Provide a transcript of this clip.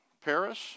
Paris